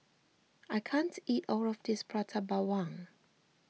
I can't eat all of this Prata Bawang